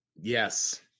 Yes